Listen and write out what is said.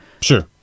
Sure